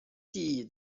记忆